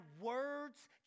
words